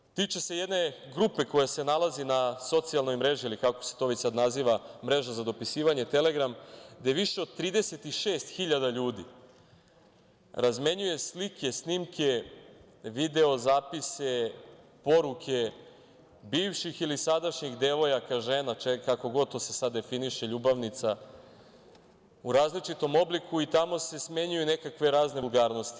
Naime, tiče se jedne grupe koja se nalazi na socijalnoj mreži ili kako se to već sad naziva, mreža za dopisivanje Telegram, gde više od 36 hiljada ljudi razmenjuje slike, snimke, video zapise, poruke, bivših ili sadašnjih devojaka, žena, kako god se to sad definiše, ljubavnica, u različitom obliku i tamo se smenjuju nekakve razne vulgarnosti.